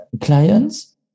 clients